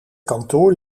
kantoor